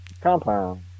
compound